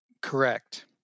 Correct